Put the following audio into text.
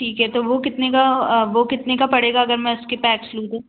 ठीक है तो वह कितने का वह कितने का पड़ेगा अगर मैं उसके पैक्स लूँ तो